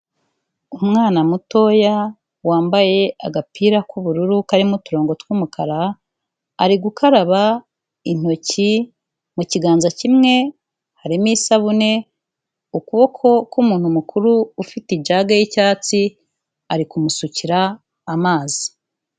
Umwana mutoya wambaye agapira k'ubururu karimo uturongo tw'umukara, ari gukaraba intoki, mu kiganza kimwe harimo isabune, ukuboko k'umuntu mukuru ufite ijage y'icyatsi, ari kumusukira amazi.